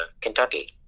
kentucky